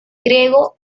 griego